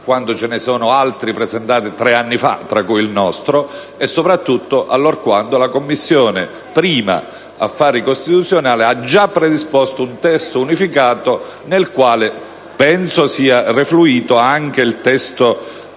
quando ce ne sono altri presentati tre anni fa, tra cui il nostro, e soprattutto allorquando la Commissione affari costituzionali ha già predisposto un testo unificato, nel quale penso sia confluito anche il testo